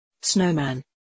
Snowman